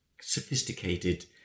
sophisticated